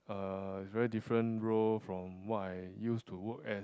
uh very different role from what I used to work at